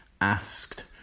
asked